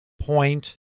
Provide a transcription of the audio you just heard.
point